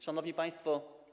Szanowni Państwo!